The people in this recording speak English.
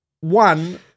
one